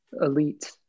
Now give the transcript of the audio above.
elite